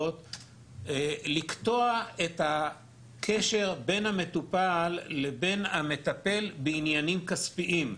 לקטוע את הקשר בין המטופל לבין המטפל בעניינים כספיים.